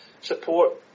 support